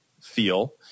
feel